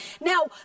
Now